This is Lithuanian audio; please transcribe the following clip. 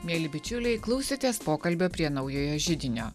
mieli bičiuliai klausėtės pokalbio prie naujojo židinio